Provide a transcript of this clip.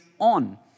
on